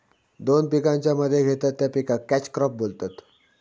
दोन पिकांच्या मध्ये घेतत त्या पिकाक कॅच क्रॉप बोलतत